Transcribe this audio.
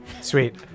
Sweet